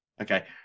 Okay